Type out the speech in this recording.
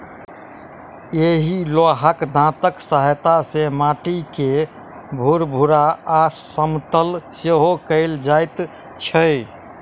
एहि लोहाक दाँतक सहायता सॅ माटि के भूरभूरा आ समतल सेहो कयल जाइत छै